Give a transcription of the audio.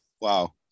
wow